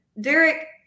Derek